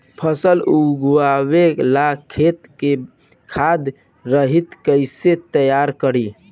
फसल उगवे ला खेत के खाद रहित कैसे तैयार करी?